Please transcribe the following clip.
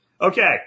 Okay